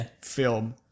film